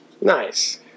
Nice